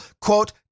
quote